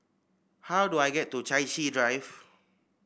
how do I get to Chai Chee Drive